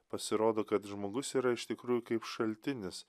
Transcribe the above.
pasirodo kad žmogus yra iš tikrųjų kaip šaltinis